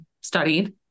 studied